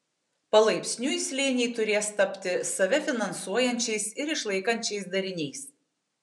palaipsniui slėniai turės tapti save finansuojančiais ir išlaikančiais dariniais